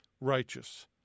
righteous